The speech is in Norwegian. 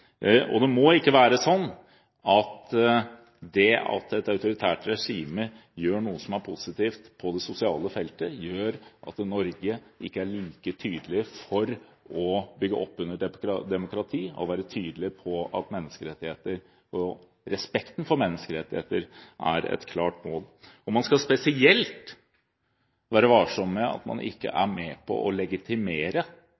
Det må ikke være slik at det at et autoritært regime som gjør noe som er positivt på det sosiale feltet, gjør at Norge ikke er like tydelig på å bygge opp under demokrati – å være tydelige på at respekten for menneskerettigheter er et klart mål. Man skal være spesielt varsom med at man ikke